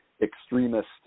extremist